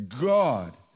God